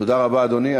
תודה רבה, אדוני.